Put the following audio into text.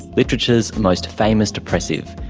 literature's most famous depressive,